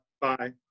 Bye